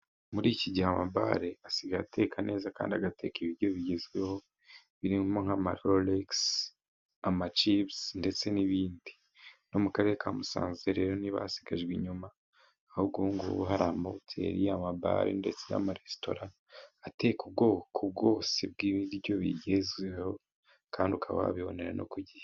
Muri iki gihe, amambare asigaye ateka neza kandi agateka ibiryo bigezweho, birimo nka maroresi, amacipusi ndetse n'ibindi. No mu karere ka musanze rero ntibasigajwe inyuma aho ubungubu hari amahoteli y'amabare ndetse n'amaresitora, ateka ubwoko bwose bw'ibiryo bigezweho, kandi ukaba wabibonera no ku gihe.